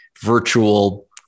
virtual